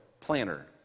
planner